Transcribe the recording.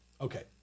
Okay